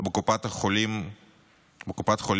בקופת חולים כללית,